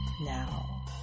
Now